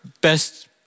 Best